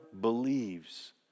believes